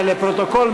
לפרוטוקול,